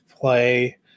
play